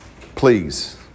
Please